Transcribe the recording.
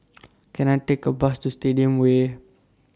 Can I Take A Bus to Stadium Way